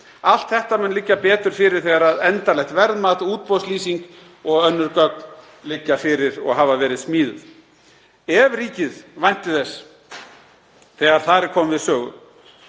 Allt þetta mun liggja betur fyrir þegar endanlegt verðmat, útboðslýsing og önnur gögn liggja fyrir og hafa verið smíðuð. Ef ríkið væntir þess, þegar þar er komið sögu,